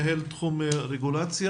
מנהל תחום רגולציה.